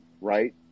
right